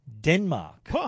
Denmark